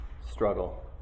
struggle